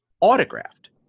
autographed